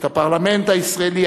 בית הפרלמנט הישראלי,